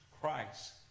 Christ